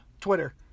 Twitter